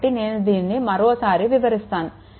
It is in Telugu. కాబట్టి నేను దీనిని మరోసారి వివరిస్తాను